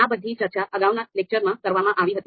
આ બધાની ચર્ચા અગાઉના લેક્ચરમાં કરવામાં આવી હતી